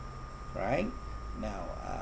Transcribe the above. right now uh